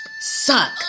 suck